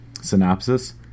synopsis